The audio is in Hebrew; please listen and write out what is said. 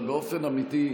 אבל באופן אמיתי,